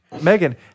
Megan